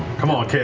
come on, cad,